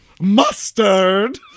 Mustard